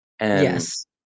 Yes